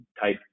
type